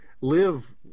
live